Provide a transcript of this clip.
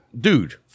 dude